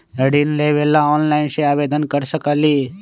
ऋण लेवे ला ऑनलाइन से आवेदन कर सकली?